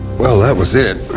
well that was it,